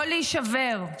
לא להישבר,